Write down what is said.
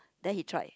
then he tried